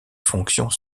fonctions